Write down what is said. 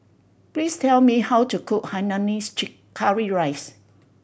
please tell me how to cook hainanese curry rice